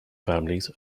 families